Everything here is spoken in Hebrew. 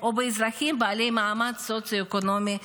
או באזרחים ממעמד סוציו-אקונומי נמוך.